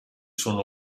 sono